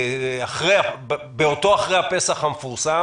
באותו אחרי-הפסח המפורסם